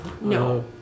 No